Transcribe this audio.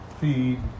feed